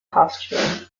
costume